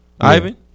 Ivan